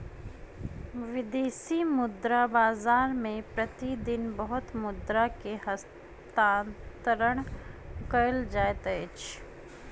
विदेशी मुद्रा बाजार मे प्रति दिन बहुत मुद्रा के हस्तांतरण कयल जाइत अछि